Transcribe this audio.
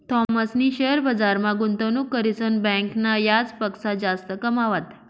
थॉमसनी शेअर बजारमा गुंतवणूक करीसन बँकना याजपक्सा जास्त कमावात